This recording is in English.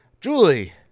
Julie